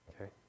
Okay